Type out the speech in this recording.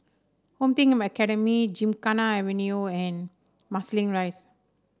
Home Team Academy Gymkhana Avenue and Marsiling Rise